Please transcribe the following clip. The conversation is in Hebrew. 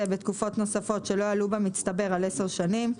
בתקופות נוספות שלא יעלו במצטבר על עשר שנים,